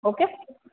okay